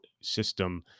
system